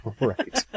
Right